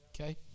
okay